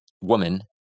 woman